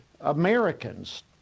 Americans